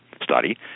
study